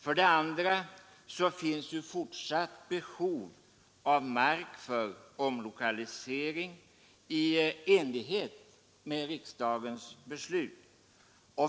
För det andra finns det ett fortsatt behov av mark för omlokalisering i enlighet med riksdagens beslut.